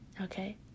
Okay